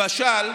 למשל,